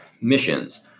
missions